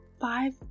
five